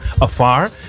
afar